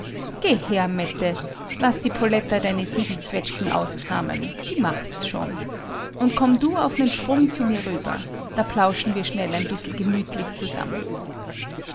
her mette laß die poletta deine sieben zwetschgen auskramen die macht's schon und komm du auf nen sprung zu mir rüber da plauschen wir schnell ein bissel gemütlich zusammen